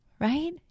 right